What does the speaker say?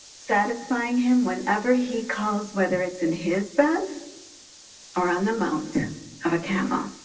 satisfying him whenever he calls, whether it's in his bed or on the mount of a camel.